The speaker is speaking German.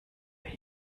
der